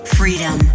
freedom